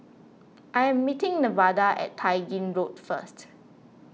I am meeting Nevada at Tai Gin Road first